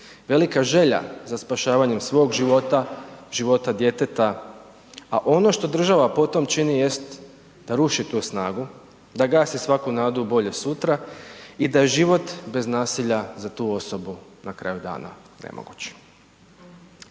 velika želja za spašavanjem svog života, života djeteta a ono što država po tome čini jest da ruši tu snagu, da gasi svaku nadu u bolje sutra i da je život bez nasilja za tu osobu na kraju dana nemoguće.